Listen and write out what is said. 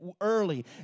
early